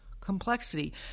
complexity